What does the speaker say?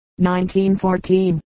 1914